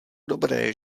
dobré